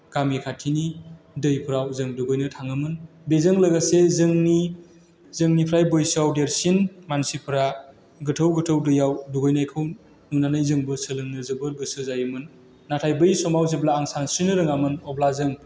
गामि खाथिनि दैफोराव जों दुगैनो थाङोमोन बेजों लोगोसे जोंनि जोंनिफ्राय बैसोआव देरसिन मानसिफोरा गोथौ गोथौ दैयाव दुगैनायखौ नुनानै जोंबो सोलोंनो जोबोर गोसो जायोमोन नाथाय बै समाव जेब्ला आं सानस्रिनो रोङामोन अब्ला जों